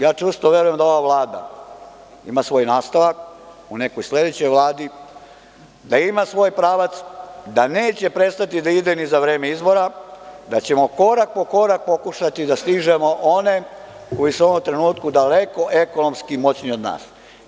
Ja čvrsto verujem da ova Vlada ima svoj nastavak u nekoj sledećoj Vladi, da ima svoj pravac, da neće prestati da ide za vreme izbora, da ćemo korak po korak pokušati da stižemo one koji su u ovom trenutku daleko ekonomski moćniji od nas.